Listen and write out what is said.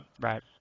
Right